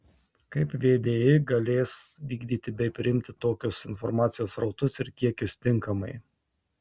kaip vdi galės vykdyti bei priimti tokius informacijos srautus ir kiekius tinkamai